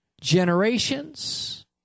generations